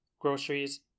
groceries